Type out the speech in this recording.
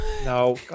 No